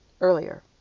earlier